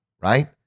right